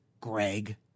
Greg